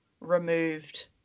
removed